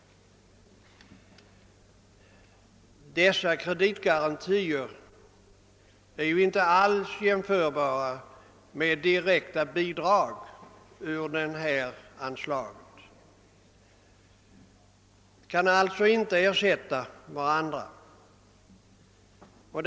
Dessa kreditgarantier är emellertid inte alls jämförbara med direkta bidrag ur detta anslag och kan alltså inte ersätta sådana bidrag.